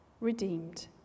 redeemed